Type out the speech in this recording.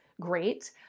great